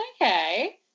okay